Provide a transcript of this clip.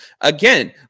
again